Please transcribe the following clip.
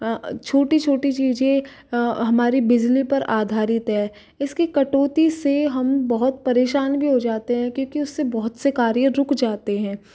छोटी छोटी चीज़ें हमारी बिजली पर आधारित है इसकी कटौती से हम बहुत परेशान भी हो जाते हैं क्योंकि उससे बहुत से कार्य रुक जाते हैं